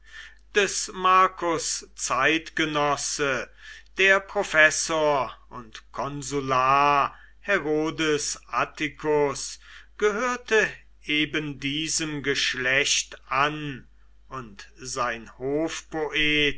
des marcus zeitgenosse der professor und konsular herodes atticus gehörte ebendiesem geschlechte an und sein